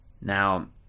now